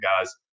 guys